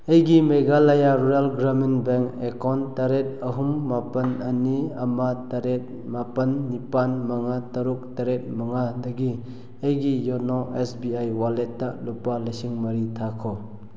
ꯑꯩꯒꯤ Meghalaya rural Gramin bank account ꯇꯔꯦꯠ ꯑꯍꯨꯝ ꯃꯥꯄꯜ ꯑꯅꯤ ꯑꯃ ꯇꯔꯦꯠ ꯃꯥꯄꯜ ꯅꯤꯄꯥꯜ ꯃꯉꯥ ꯇꯔꯨꯛ ꯇꯔꯦꯠ ꯃꯉꯥꯗꯒꯤ ꯑꯩꯒꯤ ꯌꯣꯅꯣ ꯑꯦꯁ ꯕꯤ ꯑꯥꯏ ꯋꯥꯂꯦꯠꯇ ꯂꯨꯄꯥ ꯂꯤꯁꯤꯡ ꯃꯔꯤ ꯊꯥꯈꯣ